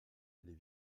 les